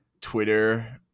Twitter